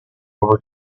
over